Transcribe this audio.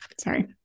Sorry